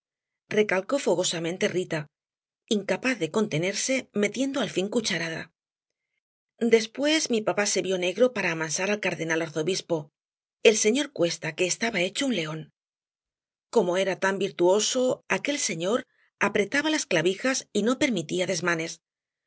recalcó fogosamente rita incapaz de contenerse metiendo al fin cucharada después mi papá se vió negro para amansar al cardenal arzobispo el señor cuesta que estaba hecho un león como era tan virtuoso aquel señor apretaba las clavijas y no permitía desmanes